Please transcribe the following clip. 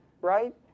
right